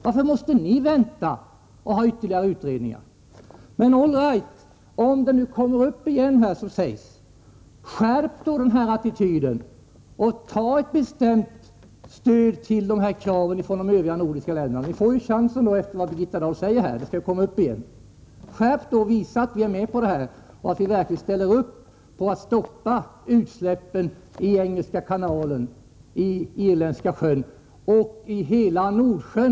Varför måste ni vänta och ha ytterligare utredningar? Om frågan nu kommer upp igen, som Birgitta Dahl säger, skärp då attityden och stöd bestämt kraven från de övriga nordiska länderna. Visa att vi är med på detta och ställ upp på att stoppa utsläppen i Engelska kanalen, i Irländska sjön och i hela Nordsjön.